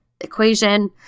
equation